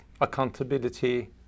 accountability